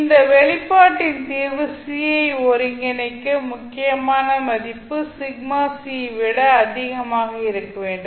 இந்த வெளிப்பாட்டின் தீர்வு யை ஒருங்கிணைக்க முக்கியமான மதிப்பு விட அதிகமாக இருக்க வேண்டும்